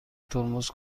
ترمز